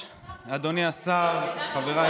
הגשתי את אותה הצעת חוק, הצעת חוק, חבר הכנסת